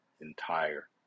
entire